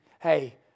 hey